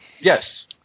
Yes